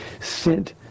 sent